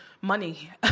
money